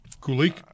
Kulik